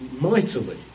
mightily